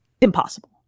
impossible